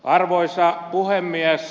arvoisa puhemies